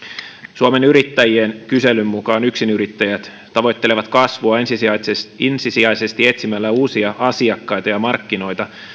suomen yrittäjien kyselyn mukaan yksinyrittäjät tavoittelevat kasvua ensisijaisesti etsimällä uusia asiakkaita ja markkinoita